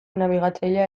nabigatzailea